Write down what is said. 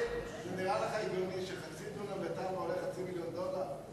נראה לך הגיוני שחצי דונם בתמרה עולה חצי מיליון דולר?